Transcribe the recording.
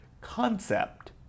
concept